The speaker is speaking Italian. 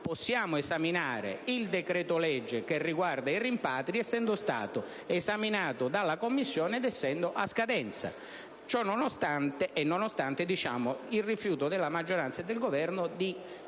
possiamo esaminare il decreto-legge che riguarda i rimpatri, essendo stato questo esaminato dalla Commissione ed essendo a scadenza, e nonostante il rifiuto della maggioranza e del Governo di farci